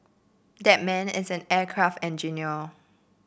that man is an aircraft engineer